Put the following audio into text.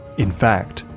in fact,